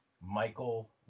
Michael